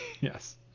Yes